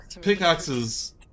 pickaxes